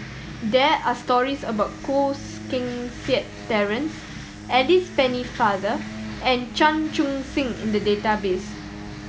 there are stories about Koh Seng Kiat Terence Alice Pennefather and Chan Chun Sing in the database